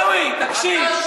עיסאווי, תקשיב.